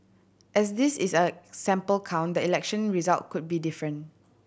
as this is a sample count the election result could be different